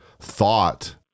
thought